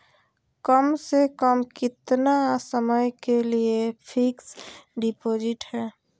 कम से कम कितना समय के लिए फिक्स डिपोजिट है?